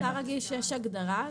מוצר רגיש, יש הגדרה.